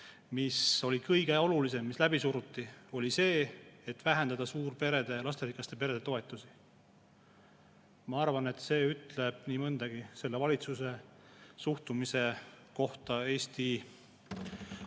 mis oli kõige olulisem ja mis läbi suruti, vähendas suurperede ja lasterikaste perede toetusi. Ma arvan, et see ütleb nii mõndagi selle valitsuse suhtumise kohta Eesti peredesse,